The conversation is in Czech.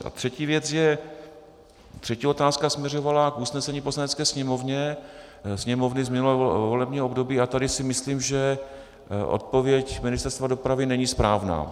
A třetí věc, třetí otázka směřovala k usnesení Poslanecké sněmovny z minulého volebního období a tady si myslím, že odpověď Ministerstva dopravy není správná.